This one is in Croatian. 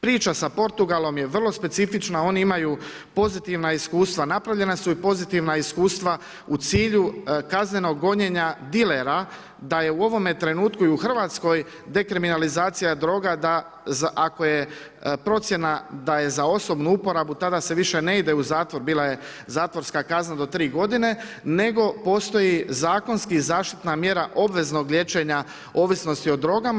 Priča sa Portugalom je vrlo specifična, oni imaju pozitivna iskustva, napravljena su i pozitivna iskustva u cilju kaznenog gonjenja dilera da je u ovome trenutku u Hrvatskoj dekriminalizacija droga da ako je procjena da je za osobnu uporabu tada se više ne ide u zatvor, bila je zatvorska kazna do tri godine nego postoji zakonski zaštitna mjera obveznog liječenja ovisnosti o drogama.